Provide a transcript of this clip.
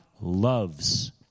loves